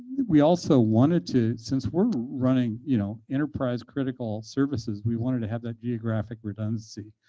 we also wanted to since we're running you know enterprise critical services, we wanted to have that geographic redundancy.